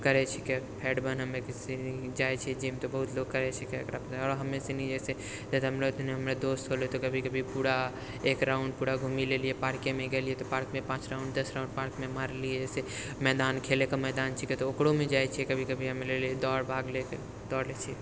करै छिके fat burn हमे जाइ छियै जिम तऽ बहुत लोक करै छिके आओर हमरा सनि जैसे हमरा सनि हमरा दोस्त होलै तऽ कभी कभी पूरा एक राउंड पूरा घुमि लेलियै पार्केमे गेलियै तऽ पार्कमे पाँच राउंड दस राउंड पार्कमे मारलेलियै जैसे मैदान खेलैके मैदान छिके तऽ ओकरोमे जाइ छियै कभी कभी हमे दौड़ भाग लए दौड़ै लए छिके